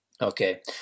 Okay